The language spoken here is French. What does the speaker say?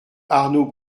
arnaud